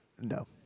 No